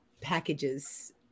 packages